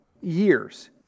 years